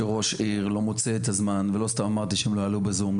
שראש עיר לא מוצא את הזמן ,ולא סתם אמרתי שהם לא יעלו בזום,